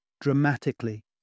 dramatically